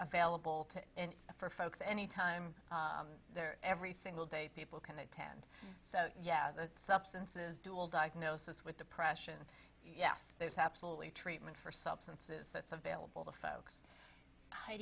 available to for folks anytime there every single day people can attend yeah the substances dual diagnosis with depression yes there's absolutely treatment for substances that's available to folks